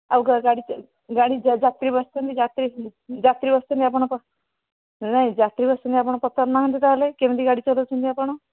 ଆଉ କ'ଣ ଗାଡ଼ି ଯାତ୍ରୀ ବସିଛନ୍ତି ଯାତ୍ରୀ ବସିଛନ୍ତି ଆପଣ ନାହିଁ ଯାତ୍ରୀ ବସିଛନ୍ତି ଆପଣ ପଚାରୁନାହାନ୍ତି ତା'ହେଲେ କେମିତି ଗାଡ଼ି ଚଲାଉଛନ୍ତି ଆପଣ